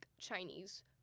Chinese